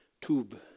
Tube